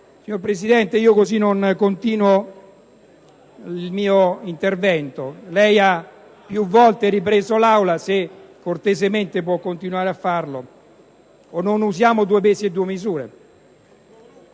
Signora Presidente, così non posso continuare il mio intervento. Lei ha più volte ripreso l'Aula: le chiedo cortesemente di continuare a farlo e di non usare due pesi e due misure.